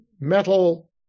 metal